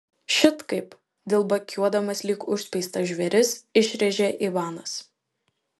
šit kaip dilbakiuodamas lyg užspeistas žvėris išrėžė ivanas